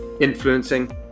influencing